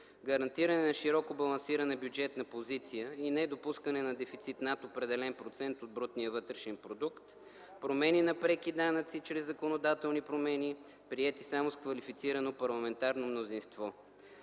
гарантиране на широко балансирана бюджетна позиция и недопускане на дефицит над определен процент от брутния вътрешен продукт, промени на преки данъци чрез законодателни промени, приети само с квалифицирано парламентарно мнозинство.